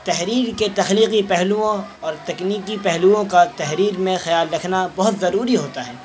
تحریر کے تخلیقی پہلوؤں اور تکنیکی پہلوؤں کا تحریر میں خیال رکھنا بہت ضروری ہوتا ہے